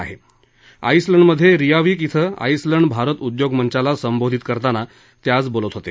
आइसलंडमधे Reykjavik इथं Iceland Bharat उद्योग मंचाला संबोधित करताना ते आज बोलत होते